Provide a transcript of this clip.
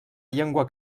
llengua